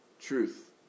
truth